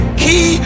key